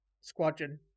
squadron